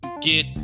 get